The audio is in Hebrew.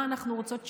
מה אנחנו רוצות שיהיה,